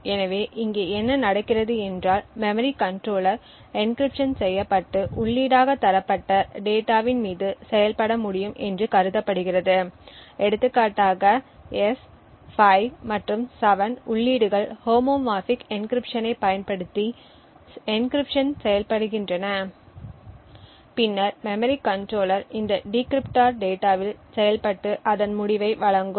எனவே இங்கே என்ன நடக்கிறது என்றால் மெமரி கண்ட்ரோலர் எனகிரிப்ட்ஷன் செய்யப்பட்டு உள்ளீடாக தரப்பட்ட டேட்டாவின் மீது செயல்பட முடியும் என்று கருதப்படுகிறது எடுத்துக்காட்டாக S 5 மற்றும் 7 உள்ளீடுகள் ஹோமோமார்பிக் எனகிரிப்ட்ஷனை பயன்படுத்தி எனகிரிப்ட்ஷன் செய்யப்படுகின்றன பின்னர் மெமரி கண்ட்ரோலர் இந்த டிகிரிப்டோர் டேட்டாவில் செயல்பட்டு அதன் முடிவை வழங்கும்